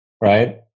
right